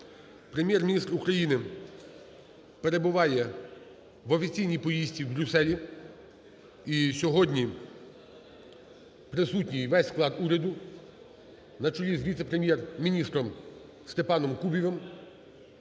Прем'єр-міністр України перебуває в офіційній поїздці в Брюсселі, і сьогодні присутній весь склад уряду на чолі з віце-прем'єр-міністром Степаном Кубівим.